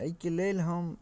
एहिके लेल हम